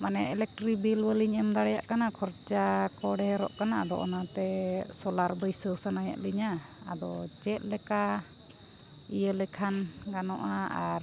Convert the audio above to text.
ᱢᱟᱱᱮ electric bill ᱵᱟᱹᱞᱧ ᱮᱢ ᱫᱟᱲᱮᱭᱟᱜ ᱠᱟᱱᱟ ᱠᱷᱚᱨᱪᱟ ᱠᱚ ᱰᱷᱮᱹᱨᱚᱜ ᱠᱟᱱᱟ ᱟᱫᱚ ᱚᱱᱟᱛᱮ ᱥᱳᱞᱟᱨ ᱵᱟᱹᱭᱥᱟᱹᱣ ᱥᱟᱱᱟᱭᱮᱫ ᱞᱤᱧᱟ ᱟᱫᱚ ᱪᱮᱫ ᱞᱮᱠᱟ ᱤᱭᱟᱹ ᱞᱮᱠᱷᱟᱱ ᱜᱟᱱᱚᱜᱼᱟ ᱟᱨ